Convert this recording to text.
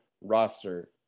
roster